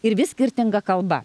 ir vis skirtinga kalba